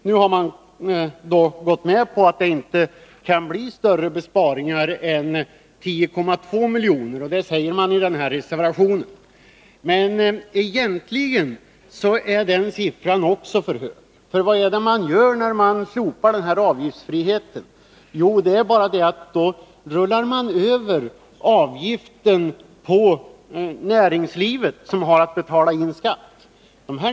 Nu har man gått med på att det inte kan bli större besparingar än 10,2 milj.kr. Det säger man i reservationen. Men egentligen är den siffran också för hög. För vad är det man gör när man slopar avgiftsfriheten? Jo, det är bara det att man rullar över avgiften på näringslivet, som har att betala in skatt.